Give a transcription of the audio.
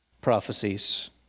prophecies